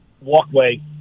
walkway